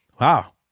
Wow